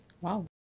Wow